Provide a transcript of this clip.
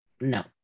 No